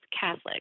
Catholic